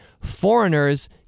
foreigners